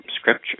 Scripture